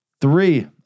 three